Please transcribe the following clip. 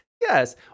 Yes